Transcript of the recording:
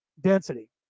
density